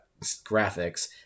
graphics